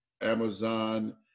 Amazon